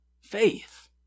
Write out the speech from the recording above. faith